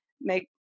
make